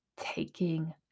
taking